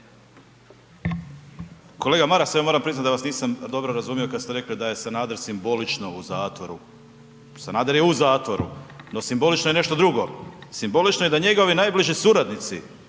Kolega Maras, ja moram priznati da vas nisam dobro razumio kad ste rekli da je Sanader simbolično u zatvoru. Sanader je u zatvoru. No simbolično je nešto drugo. Simbolično je da njegovi najbliži suradnici,